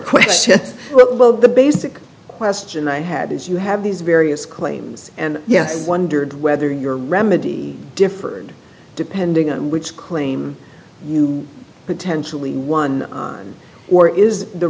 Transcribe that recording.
question willow the basic question i had is you have these various claims and yes i wondered whether your remedy differed depending on which claim you potentially won on or is the